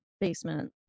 basement